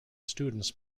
students